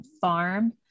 farm